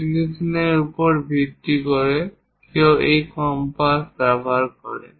অ্যাপ্লিকেশনের উপর ভিত্তি করে কেউ এই কম্পাস ব্যবহার করে